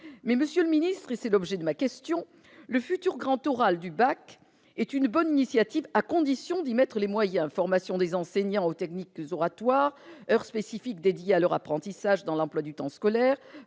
monsieur le ministre, et c'est l'objet de ma question, le futur grand oral du bac est une bonne initiative à condition d'y mettre les moyens : formation des enseignants aux techniques oratoires, heures spécifiques dédiées à leur apprentissage dans l'emploi du temps scolaire,